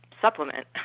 supplement